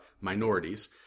minorities